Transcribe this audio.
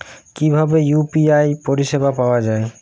কিভাবে ইউ.পি.আই পরিসেবা পাওয়া য়ায়?